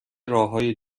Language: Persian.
راههای